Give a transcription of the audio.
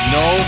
no